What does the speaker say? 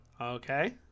Okay